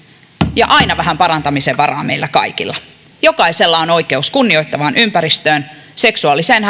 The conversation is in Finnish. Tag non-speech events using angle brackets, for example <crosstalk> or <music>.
ja aina vähän parantamisen varaa meillä kaikilla jokaisella on oikeus kunnioittavaan ympäristöön seksuaaliseen <unintelligible>